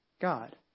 God